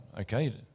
okay